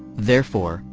therefore,